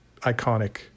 iconic